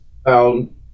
found